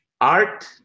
Art